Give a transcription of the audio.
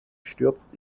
stürzt